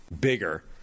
bigger